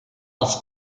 als